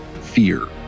fear